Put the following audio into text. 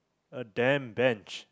a damn bench